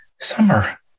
Summer